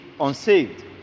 unsaved